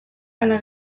ala